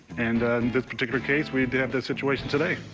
and this particular case, we have the situation today.